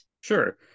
Sure